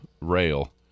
rail—